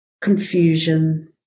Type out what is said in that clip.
confusion